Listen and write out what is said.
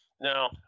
Now